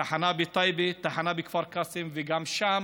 תחנה בטייבה, תחנה בכפר קאסם, וגם שם